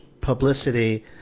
publicity